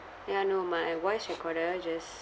ya no my voice recorder just